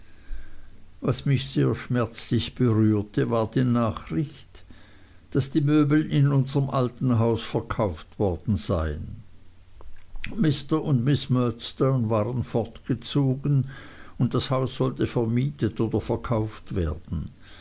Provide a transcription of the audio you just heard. was mich sehr schmerzlich berührte war die nachricht daß die möbel in unserm alten haus verkauft worden seien mr und miß murdstone waren fortgezogen und das haus sollte vermietet oder verkauft werden